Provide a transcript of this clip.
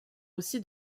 aussi